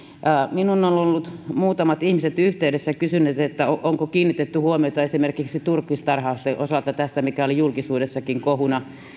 minuun ovat olleet muutamat ihmiset yhteydessä ja kysyneet onko kiinnitetty huomiota esimerkiksi turkistarhauksen osalta tähän mikä oli julkisuudessakin kohuna